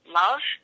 love